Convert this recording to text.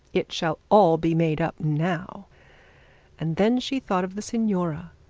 it shall all be made up now and then she thought of the signora.